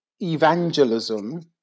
evangelism